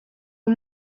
uwo